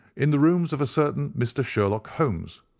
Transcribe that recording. in the rooms of a certain mr. sherlock holmes,